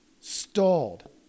stalled